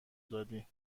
دادی